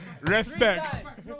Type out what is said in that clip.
respect